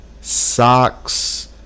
socks